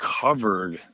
covered